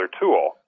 tool